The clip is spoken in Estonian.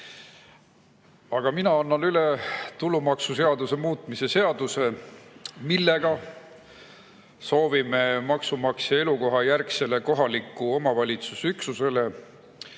Mina annan üle tulumaksuseaduse muutmise seaduse, millega soovime maksumaksja elukohajärgsele kohaliku omavalitsuse üksusele